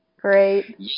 Great